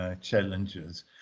challenges